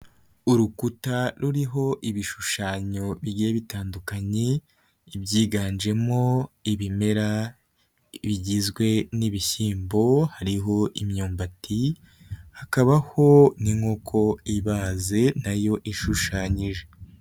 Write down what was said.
Urukuta ruriho ibishushanyo bigiye bitandukanye ibyiganjemo ibimera bigizwe n'ibishyimbo, hariho imyumbati hakabaho n'inkoko ibaze na yo ishushanyije.